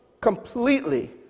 completely